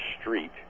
street